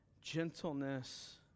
gentleness